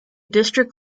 district